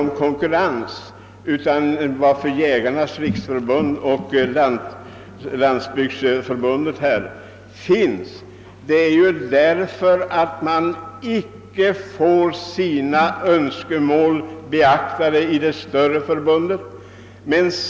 Orsaken till att det finns två förbund — Jägarnas riksförbund och Landsbygdens jägare — är ju att man i det större förbundet inte får sina önskemål beaktade.